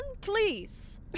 Please